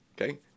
Okay